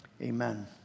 Amen